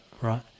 right